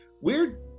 weird